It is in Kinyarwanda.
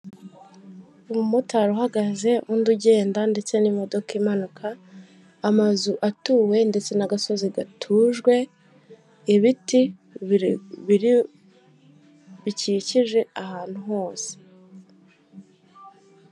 Umumotari uhagaze n'undi ugenda ndetse n'imodoka imanuka, amazu atuwe ndetse n'agasozi gatujwe, ibiti bikikije ahantu hose.